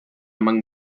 among